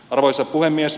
arvoisa puhemies